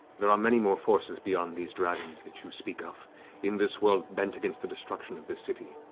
there are many more forces beyond these dragons that you speak of in this world, bent against the destruction of this city.